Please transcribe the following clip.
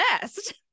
best